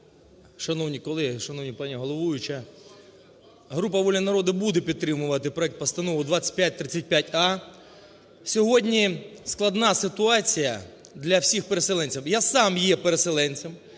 Шановні колеги! Шановна пані головуюча! Група "Воля народу" буде підтримувати проект Постанови 2535а. Сьогодні складна ситуація для всіх переселенців. Я сам є переселенцем.